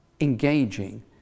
engaging